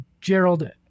Gerald